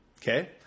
Okay